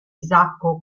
isacco